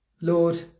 Lord